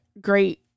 great